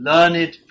Learned